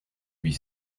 huit